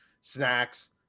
snacks